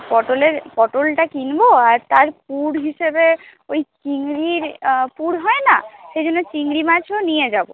পটলের পটলটা কিনব আর তার পুর হিসেবে ওই চিংড়ির পুর হয় না সেই জন্য চিংড়ি মাছও নিয়ে যাব